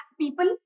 people